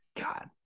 God